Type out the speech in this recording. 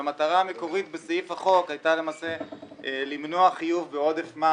כשהמטרה המקורית בסעיף החוק היתה למעשה למנוע חיוב בעודף מס